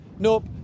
Nope